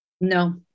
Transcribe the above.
no